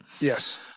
Yes